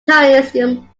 taoism